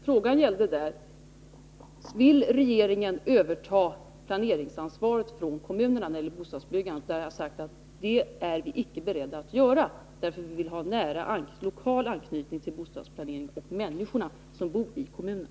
Frågan gällde där: Vill regeringen överta planeringsansvaret från kommunerna när det gäller bostadsbyggandet? Jag sade att detta är vi icke beredda att göra, eftersom vi vill ha en nära, lokal anknytning till bostadsplaneringen och till människorna som bor i kommunerna.